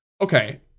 Okay